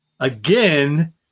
again